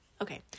Okay